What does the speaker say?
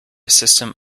system